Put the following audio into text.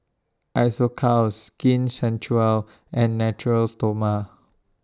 Isocal Skin Ceuticals and Natura Stoma